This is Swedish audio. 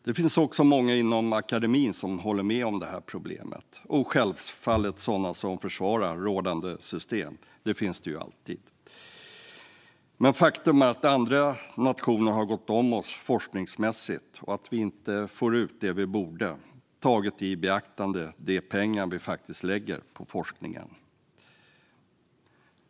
Det finns också många inom akademin som håller med om problemet - och självfallet sådana som försvarar rådande system; det finns det alltid. Faktum är dock att andra nationer har gått om oss forskningsmässigt och att vi inte får ut det vi borde, taget i beaktande de pengar vi faktiskt lägger på forskningen.